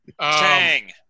Chang